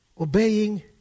obeying